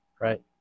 right